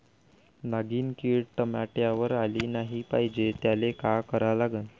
नागिन किड टमाट्यावर आली नाही पाहिजे त्याले काय करा लागन?